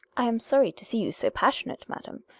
i am sorry to see you so passionate, madam.